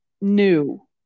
new